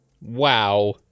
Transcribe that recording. wow